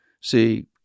See